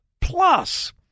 plus